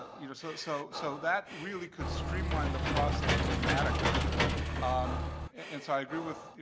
you know, so so so that really could streamline the process dramatically um and so i agree with,